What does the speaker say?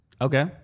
Okay